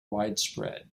widespread